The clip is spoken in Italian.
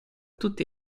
tutti